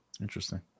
Interesting